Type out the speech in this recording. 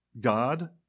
God